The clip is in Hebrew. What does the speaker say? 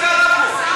מה קרה פה?